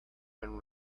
and